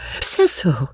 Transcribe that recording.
Cecil